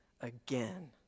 again